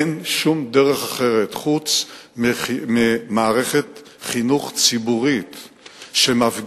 אין שום דרך אחרת חוץ ממערכת חינוך ציבורית שמפגישה,